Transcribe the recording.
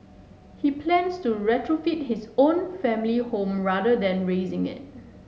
he plans to retrofit his own family home rather than razing it